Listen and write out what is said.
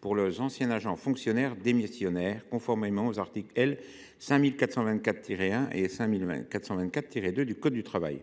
pour leurs anciens agents fonctionnaires démissionnaires, conformément aux articles L. 5424 1 et L. 5424 2 du code du travail.